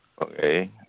Okay